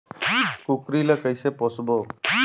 कूकरी ला कइसे पोसबो?